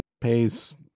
pays